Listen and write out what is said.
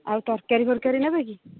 ଆଉ ତରକାରୀ ଫରକାରୀ ନେବେ କି